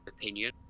opinion